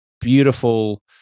beautiful